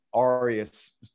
Arius